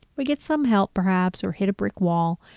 we get some help perhaps, or hit a brick wall,